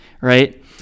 right